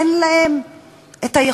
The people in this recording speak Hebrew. אין להן היכולת.